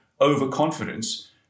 overconfidence